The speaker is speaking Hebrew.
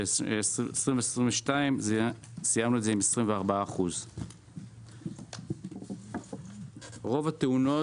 את 2022 סיימנו עם 24%. רוב התאונות